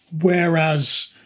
whereas